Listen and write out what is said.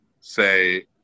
say